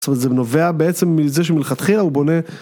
זה נובע בעצם מזה שמלכתחילה הוא בונה